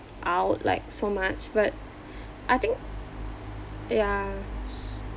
out like so much but I think yeah s~